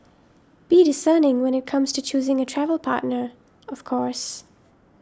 be discerning when it comes to choosing a travel partner of course